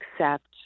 accept